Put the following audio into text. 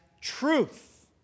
truth